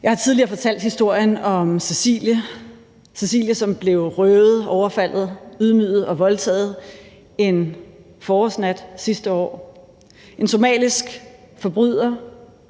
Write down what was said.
Jeg har tidligere fortalt historien om Cecilie, som blev røvet, overfaldet, ydmyget og voldtaget en forårsnat sidste år. En somalisk forbryder,